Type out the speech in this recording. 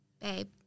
Babe